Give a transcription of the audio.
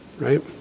Right